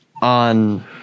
On